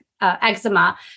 eczema